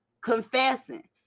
Confessing